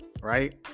right